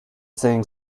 saying